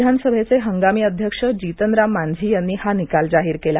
विधानसभेचे हंगामी अध्यक्ष जीतन राम मांझी यांनी आज हा निकाल जाहीर केला